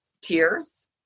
tears